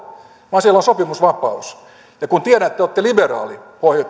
siellä on sopimusvapaus kun tiedän että olette liberaali